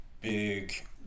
big